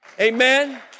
Amen